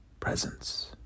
presence